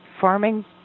farming